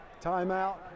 Timeout